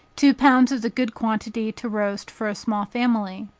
two pounds is a good quantity to roast for a small family.